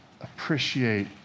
appreciate